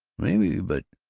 maybe, but